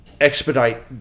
expedite